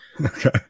Okay